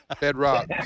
Bedrock